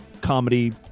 comedy